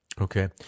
Okay